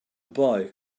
boy